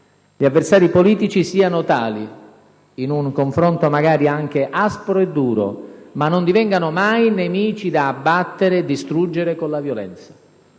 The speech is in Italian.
Gli avversari politici siano tali, in un confronto magari anche aspro e duro, ma non divengano mai nemici da abbattere e distruggere con la violenza.